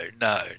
no